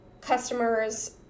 customers